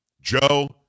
Joe